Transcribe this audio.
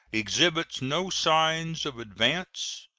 exhibits no signs of advance,